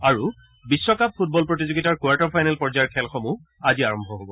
আৰু বিশ্বকাপ ফুটবল প্ৰতিযোগিতাৰ কোৱাৰ্টাৰ ফাইনেল পৰ্যায়ৰ খেলসমূহ আজি আৰম্ভ হ'ব